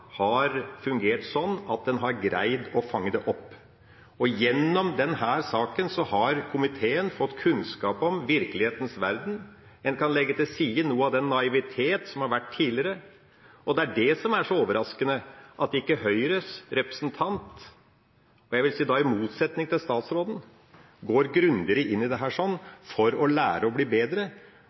har fungert sånn at en har greid å fange det opp. Gjennom denne saken har komiteen fått kunnskap om virkelighetens verden. En kan legge til side noe av den naivitet som har vært der tidligere, og det som er så overraskende, er at ikke Høyres representant – jeg vil si i motsetning til statsråden – går grundigere inn i dette for å lære og bli bedre.